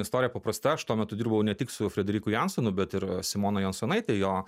istorija paprasta aš tuo metu dirbau ne tik su frederiku jansonu bet ir simona jansonaite jo